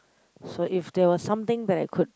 so if there was something that I could